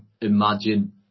imagine